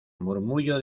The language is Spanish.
murmullo